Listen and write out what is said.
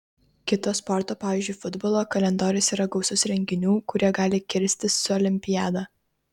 kito sporto pavyzdžiui futbolo kalendorius yra gausus renginių kurie gali kirstis su olimpiada